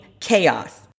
chaos